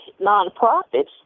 nonprofits